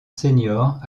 seniors